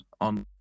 on –